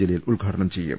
ജലീൽ ഉദ്ഘാടനം ചെയ്യും